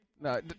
No